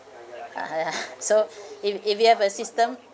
ya so if if you have a system